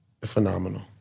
phenomenal